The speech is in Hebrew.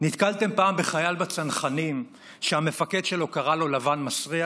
נתקלתם פעם בחייל בצנחנים שהמפקד שלו קרא לו "לבן מסריח"?